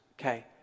okay